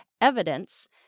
Evidence